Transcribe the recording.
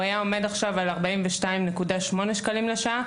הוא היה עומד עכשיו כ-42.8 שקלים לשעה,